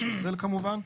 יש הבדל כמובן.